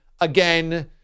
again